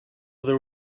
there